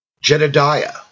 Jedediah